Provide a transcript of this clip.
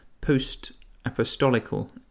post-apostolical